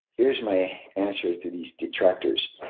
here's my answer to these detractors.